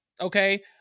okay